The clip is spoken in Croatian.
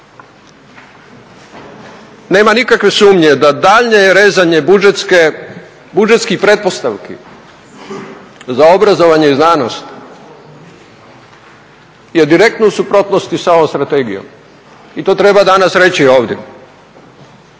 Nema nikakve sumnje da daljnje rezanje budžetskih pretpostavki za obrazovanje i znanost je direktno u suprotnosti s ovom strategijom i to treba danas reći ovdje.